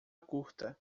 curta